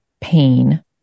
pain